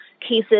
cases